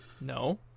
No